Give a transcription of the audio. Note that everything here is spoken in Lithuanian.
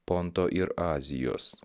ponto ir azijos